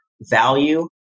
value